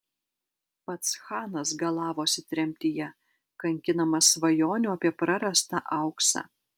pats chanas galavosi tremtyje kankinamas svajonių apie prarastą auksą